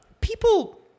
People